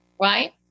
right